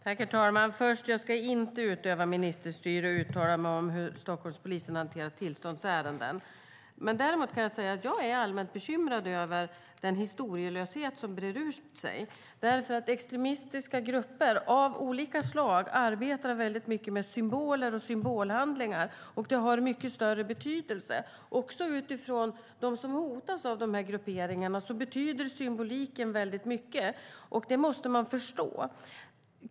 Herr talman! Jag ska inte utöva ministerstyre och uttala mig om hur Stockholmspolisen har hanterat tillståndsärenden. Däremot kan jag säga att jag är allmänt bekymrad över den historielöshet som brer ut sig. Extremistiska grupper av olika slag arbetar mycket med symboler och symbolhandlingar. Det har mycket större betydelse. Också för dem som hotas av dessa grupperingar betyder symboliken mycket, och det måste man förstå.